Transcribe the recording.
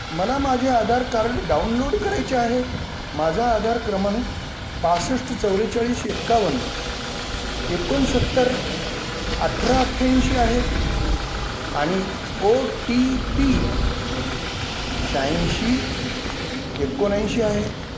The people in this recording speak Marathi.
मला माझे आधार कार्ड डाउनलोड करायचे आहे माझा आधार क्रमांक पासष्ट चौरेचाळीस एकावन्न एकोणसत्तर अठरा अठ्ठ्याऐंशी आहे आणि ओ टी पी शह्याऐंशी एकोणऐंशी आहे